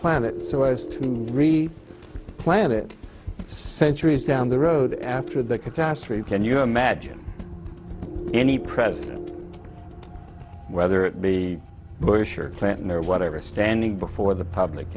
planet so as to really planet centuries down the road after that catastrophe can you imagine any president whether it be bush or clinton or whatever standing before the public